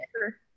sure